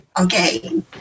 okay